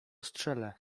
strzelę